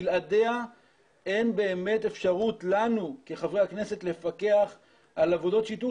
בלעדיה אין באמת אפשרות לנו כחברי הכנסת לפקח על עבודות שיטור,